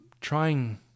trying